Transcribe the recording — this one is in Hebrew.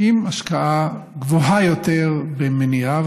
בהשקעה גבוהה יותר במניעה.